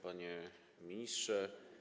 Panie Ministrze!